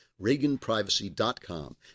reaganprivacy.com